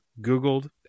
googled